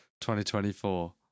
2024